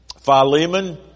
Philemon